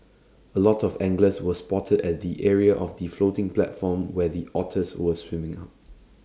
A lot of anglers were spotted at the area of the floating platform where the otters were swimming up